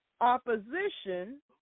opposition